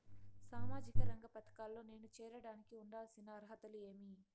సామాజిక రంగ పథకాల్లో నేను చేరడానికి ఉండాల్సిన అర్హతలు ఏమి?